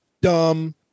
dumb